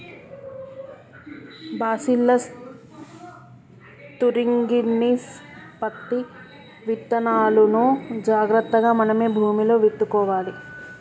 bacillus thuringiensis పత్తి విత్తనాలును జాగ్రత్తగా మనమే భూమిలో విత్తుకోవాలి